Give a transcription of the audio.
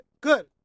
Good